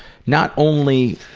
not only